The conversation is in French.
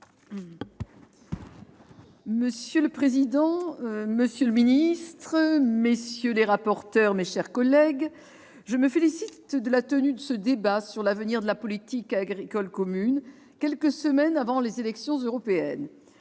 Monsieur le président, monsieur le ministre, mes chers collègues, je me félicite de la tenue de ce débat sur l'avenir de la politique agricole commune, quelques semaines avant les élections européennes.